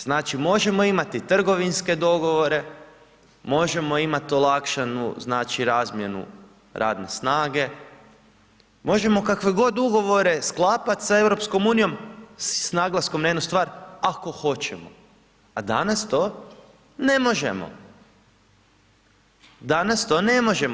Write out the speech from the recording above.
Znači možemo imati trgovinske dogovore, možemo imati olakšanu znači razmjenu radne snage, možemo kakve god ugovore sklapati sa EU s naglaskom na jednu stvar, ako hoćemo a danas to ne možemo, danas to ne možemo.